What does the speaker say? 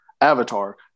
Avatar